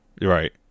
Right